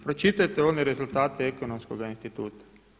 Pročitajte one rezultate Ekonomskoga instituta.